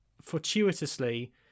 fortuitously